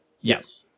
Yes